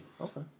okay